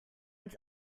ins